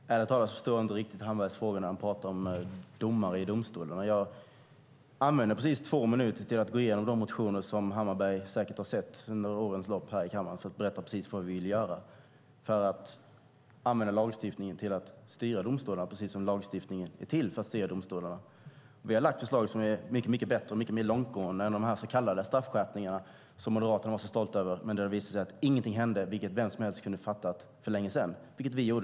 Herr talman! Ärligt talat förstår jag inte riktigt Hammarberghs frågor när han pratar om domar i domstolarna. Jag använde precis två minuter till att gå igenom de motioner som Hammarbergh säkert har sett under årens lopp och berätta vad vi vill göra. Vi vill använda lagstiftningen till att styra domstolarna. Lagstiftningen är till för att styra domstolarna. Vi har lagt fram förslag som är mycket bättre och mer långtgående än de så kallade straffskärpningar som Moderaterna var så stolta över. Det visade sig att ingenting hände, vilket vem som helst kunde ha fattat för länge sedan och vilket vi gjorde.